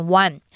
one